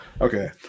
Okay